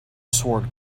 sword